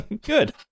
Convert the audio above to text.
Good